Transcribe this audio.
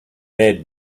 made